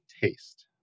taste